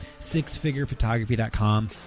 Sixfigurephotography.com